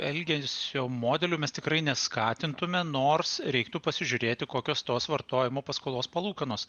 elgesio modelių mes tikrai neskatintume nors reiktų pasižiūrėti kokios tos vartojimo paskolos palūkanos